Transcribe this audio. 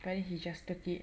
but then he just took it